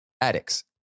addicts